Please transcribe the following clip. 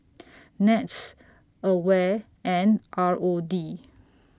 Nets AWARE and R O D